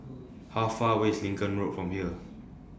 How Far away IS Lincoln Road from here